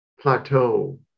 plateau